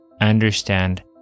understand